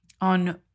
on